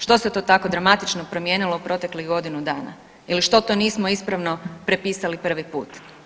Što se to tako dramatično promijenilo u proteklih godinu dana ili što to nismo ispravno prepisali prvi put?